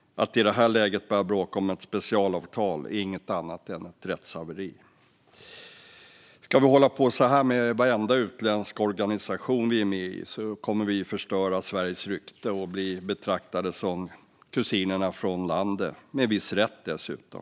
Att i detta läge börja bråka om ett specialavtal är inget annat än rättshaveri. Om vi ska hålla på så här med varenda utländsk organisation vi är med i kommer vi att förstöra Sveriges rykte och bli betraktade som kusinerna från landet, med viss rätt dessutom.